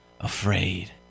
afraid